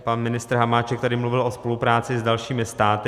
Pan ministr Hamáček tady mluvil o spolupráci s dalšími státy.